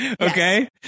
Okay